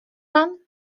pan